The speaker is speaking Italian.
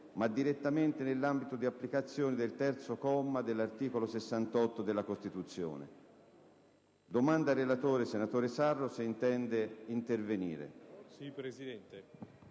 ma direttamente nell'ambito di applicazione del terzo comma dell'articolo 68 della Costituzione. Chiedo al relatore, senatore Sarro, se intende intervenire.